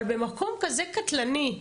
אבל במקום כזה קטלני,